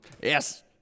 yes